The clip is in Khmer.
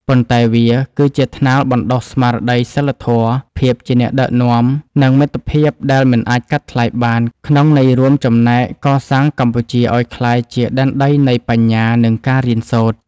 ប៉ុន្តែវាគឺជាថ្នាលបណ្តុះស្មារតីសីលធម៌ ភាពជាអ្នកដឹកនាំ និងមិត្តភាពដែលមិនអាចកាត់ថ្លៃបាន ក្នុងន័យរួមចំណែកកសាងកម្ពុជាឱ្យក្លាយជា ដែនដីនៃបញ្ញា និងការរៀនសូត្រ។